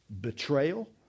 Betrayal